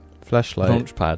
flashlight